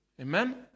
amen